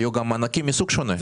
היו גם מענקים מסוג שונה.